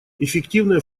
эффективное